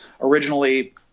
originally